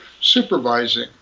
supervising